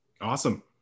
Awesome